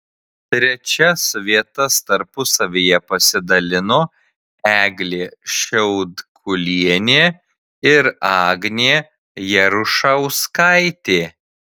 trečias vietas tarpusavyje pasidalino eglė šiaudkulienė ir agnė jarušauskaitė